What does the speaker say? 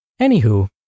Anywho